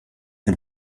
and